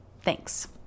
Thanks